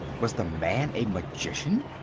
was the man a magician?